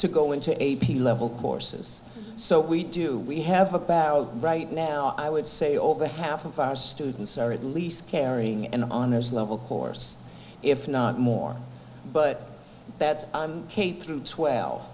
to go into a p level courses so we do we have about right now i would say over half of our students are at least carrying an honors level course if not more but that kate through twelve